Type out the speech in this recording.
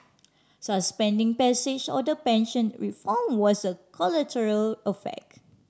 suspending passage of the pension reform was a collateral effect